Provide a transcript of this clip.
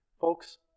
Folks